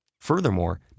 Furthermore